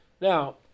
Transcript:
Now